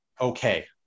okay